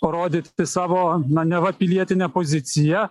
parodyti savo neva pilietinę poziciją